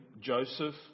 Joseph